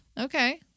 Okay